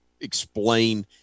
explain